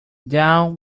down